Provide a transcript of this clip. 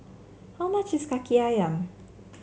how much is kaki ayam